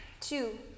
two